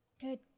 Good